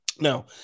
now